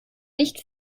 nicht